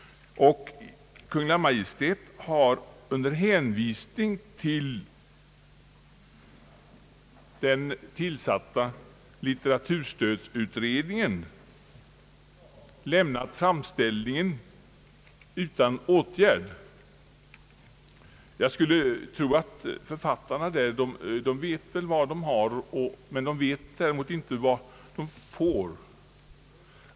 Kungl Maj:t har under hänvisning till den tillsatta litteraturstödsutredningen lämnat framställningen utan åtgärd. Jag skulle tro att författarna vet vad de har men inte vad de får.